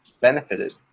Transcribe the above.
benefited